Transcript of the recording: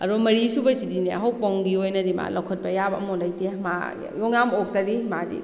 ꯑꯗꯣ ꯃꯔꯤꯁꯨꯕꯨ ꯁꯤꯗꯤꯅꯦ ꯑꯍꯣꯛꯄꯝꯒꯤ ꯑꯣꯏꯅꯗꯤ ꯃꯥ ꯂꯧꯈꯠꯄ ꯌꯥꯕ ꯑꯝꯐꯥꯎ ꯂꯩꯇꯦ ꯃꯥ ꯌꯥꯝ ꯑꯣꯛꯇꯔꯤ ꯃꯥꯗꯤ